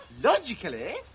logically